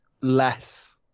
less